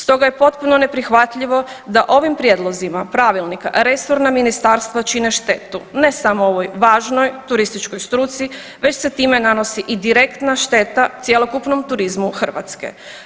Stoga je potpuno neprihvatljivo da ovim prijedlozima pravilnika resorna ministarstva čine štetu ne samo ovoj važnoj turističkoj struci već se time nanosi i direktna šteta cjelokupnom turizmu Hrvatske.